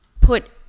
put